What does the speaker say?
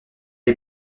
est